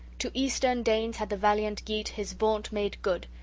to eastern danes had the valiant geat his vaunt made good,